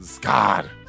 God